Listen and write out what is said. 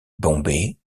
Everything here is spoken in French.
bombay